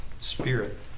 Spirit